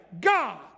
God